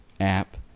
app